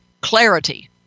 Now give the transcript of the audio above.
clarity